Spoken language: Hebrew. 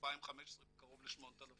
ב-2015 בקרוב ל-8,000